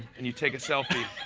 and you take a selfie.